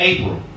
April